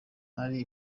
hari